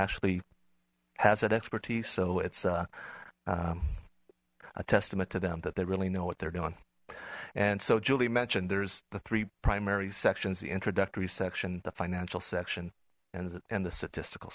actually has an expertise so it's a a testament to them that they really know what they're doing and so julie mentioned there's the three primary sections the introductory section the financial section and in the statistical